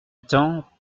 temps